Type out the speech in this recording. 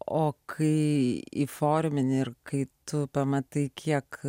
o kai įforminome ir kai tu pamatai kiek